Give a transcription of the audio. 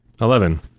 Eleven